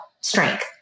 strength